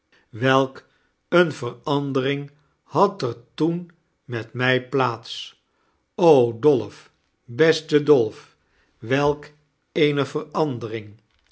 welk eene verandering had er toeh met mij plaats dolf beste dolf welk eene verandering